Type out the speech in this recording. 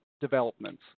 developments